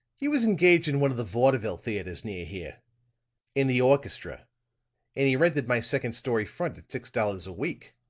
he was engaged in one of the vaudeville theaters near here in the orchestra and he rented my second story front at six dollars a week.